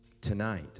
tonight